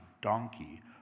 donkey